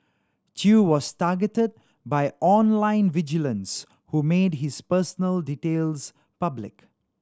Chew was targeted by online vigilantes who made his personal details public